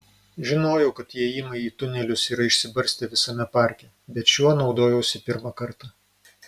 žinojau kad įėjimai į tunelius yra išsibarstę visame parke bet šiuo naudojausi pirmą kartą